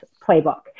playbook